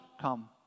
Come